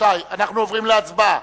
אנחנו עוברים להצבעה.